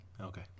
Okay